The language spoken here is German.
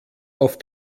auf